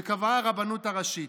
שקבעה הרבנות הראשית.